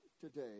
today